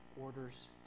orders